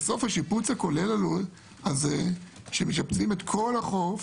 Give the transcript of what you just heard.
בסוף השיפוץ הכולל הזה שמשפצים את כל החוף